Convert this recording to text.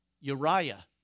Uriah